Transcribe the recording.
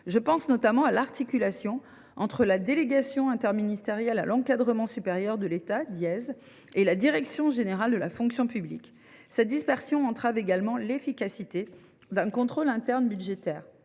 Je pense notamment à l’articulation entre la délégation interministérielle à l’encadrement supérieur de l’État (Diese) et la direction générale de la fonction publique. Cette dispersion entrave également l’efficacité d’un contrôle interne budgétaire.